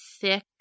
thick